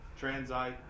transite